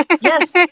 Yes